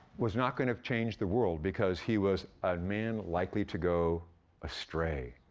was not gonna change the world because he was a man likely to go astray.